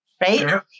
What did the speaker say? Right